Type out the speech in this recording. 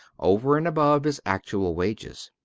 over and above his actual wages.